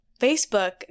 Facebook